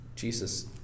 Jesus